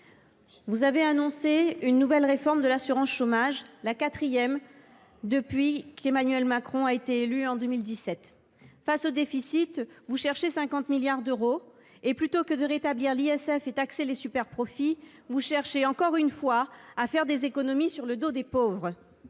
vous avez annoncé une nouvelle réforme de l’assurance chômage, la quatrième depuis qu’Emmanuel Macron a été élu, en 2017. Face aux déficits, vous cherchez 50 milliards d’euros. Et, plutôt que de rétablir l’impôt de solidarité sur la fortune (ISF) et de taxer les super profits, vous cherchez encore une fois à faire des économies sur le dos des pauvres.